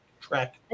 track